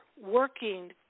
working